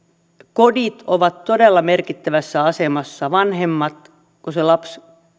kodit ovat todella merkittävässä asemassa vanhemmat että kun se lapsi